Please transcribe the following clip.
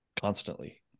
constantly